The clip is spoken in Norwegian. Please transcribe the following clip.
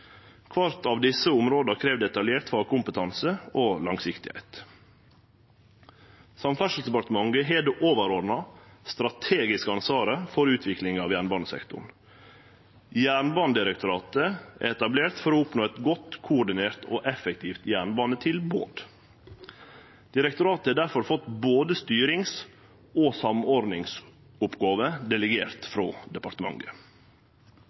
Kvart av desse områda krev detaljert fagkompetanse og langsiktigheit. Samferdselsdepartementet har det overordna, strategiske ansvaret for utviklinga av jernbanesektoren. Jernbanedirektoratet er etablert for å oppnå eit godt koordinert og effektivt jernbanetilbod. Direktoratet har difor fått både styrings- og samordningsoppgåver delegert frå departementet.